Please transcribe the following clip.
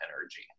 energy